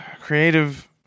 Creative